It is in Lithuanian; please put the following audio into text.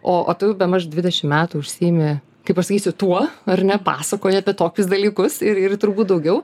o o tu bemaž dvidešim metų užsiimi kaip pasakysiu tuo ar ne pasakoji apie tokius dalykus ir ir turbūt daugiau